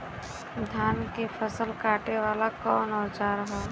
धान के फसल कांटे वाला कवन औजार ह?